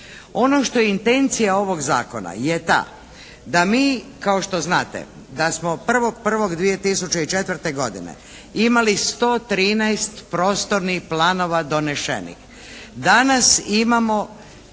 Ono što je intencija ovog zakona je ta da mi kao što znate da smo 1.1.2004. godine imali 114 prostornih planova donešenih. Danas imamo